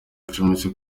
acumbitse